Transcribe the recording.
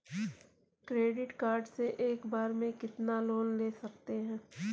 Credit card से एक बार में कितना लोन ले सकते हैं?